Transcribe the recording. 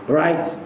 right